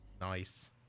Nice